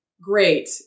great